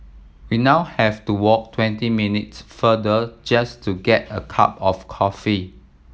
we now have to walk twenty minutes farther just to get a cup of coffee